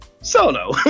Solo